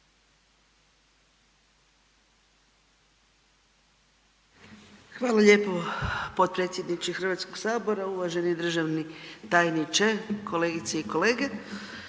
Hvala lijepo potpredsjedniče HS-a. Uvaženi državni tajniče, kolegice i kolege.